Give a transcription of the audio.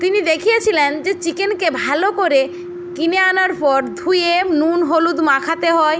তিনি দেখিয়েছিলেন যে চিকেনকে ভালো করে কিনে আনার পর ধুয়ে নুন হলুদ মাখাতে হয়